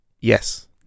yes